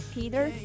Peter